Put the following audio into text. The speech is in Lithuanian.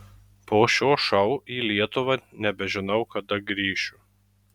po šio šou į lietuvą nebežinau kada grįšiu